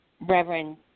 Reverend